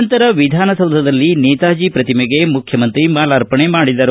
ನಂತರ ವಿಧಾನಸೌಧದಲ್ಲಿ ನೇತಾಜಿ ಪ್ರತಿಮೆಗೆ ಮುಖ್ಯಮಂತ್ರಿ ಮಾಲಾರ್ಪಣೆ ಮಾಡಿದರು